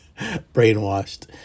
Brainwashed